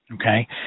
Okay